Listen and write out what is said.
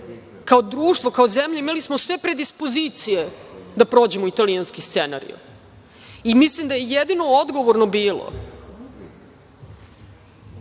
Kao društvo, kao zemlja imali smo sve predispozicije da prođemo italijanski scenario i mislim da je jedino odgovorno bilo